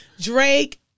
Drake